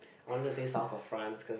I want to say South of France cause